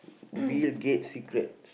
Bill-Gates secret